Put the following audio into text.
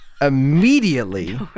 immediately